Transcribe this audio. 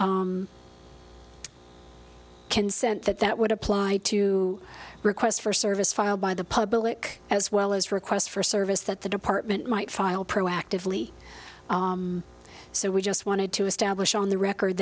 s consent that that would apply to requests for service filed by the public as well as requests for service that the department might file proactively so we just wanted to establish on the record